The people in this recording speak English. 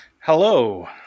Hello